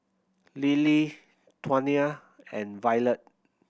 Lilie Tawnya and Violet